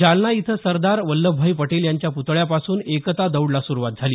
जालना इथं सरदार वल्लभभाई पटेल यांच्या प्तळ्यापासून एकता दौडला सुरुवात झाली